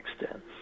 extent